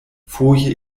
foje